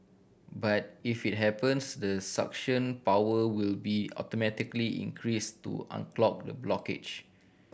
but if it happens the suction power will be automatically increased to unclog the blockage